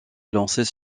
lancées